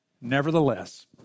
Nevertheless